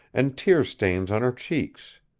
an' tear stains on her cheeks.